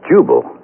Jubal